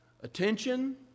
attention